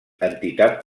entitat